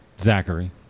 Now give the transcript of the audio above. Zachary